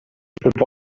the